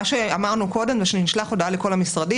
מה שאמרנו קודם זה שנשלח הודעה לכל המשרדים,